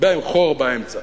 מטבע עם חור באמצע,